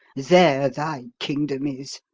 there thy kingdom is.